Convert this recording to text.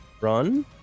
run